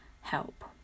Help